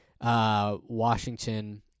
Washington